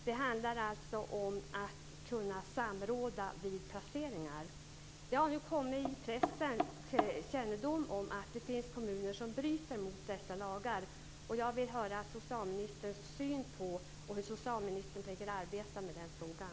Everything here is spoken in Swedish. Det handlar om att kunna samråda vid placeringar. Det har nu kommit till pressens kännedom att det finns kommuner som bryter mot dessa lagar. Jag vill höra socialministerns syn på detta och hur socialministern tänker arbeta med den frågan.